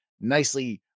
nicely